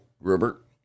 Robert